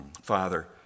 Father